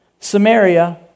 Samaria